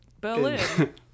Berlin